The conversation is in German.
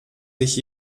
sich